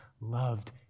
loved